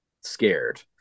scared